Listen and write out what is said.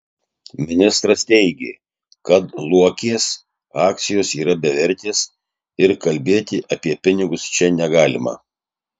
ministras teigė kad luokės akcijos yra bevertės ir kalbėti apie pinigus čia negalima